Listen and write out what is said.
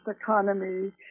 economy